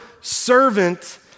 servant